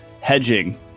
hedging